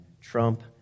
Trump